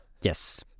Yes